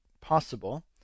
possible